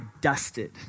dusted